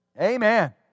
Amen